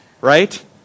right